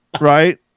Right